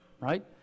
right